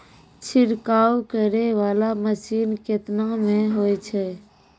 छिड़काव करै वाला मसीन केतना मे होय छै?